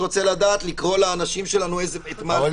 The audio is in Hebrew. אני